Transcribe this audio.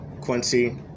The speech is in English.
Quincy